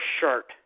shirt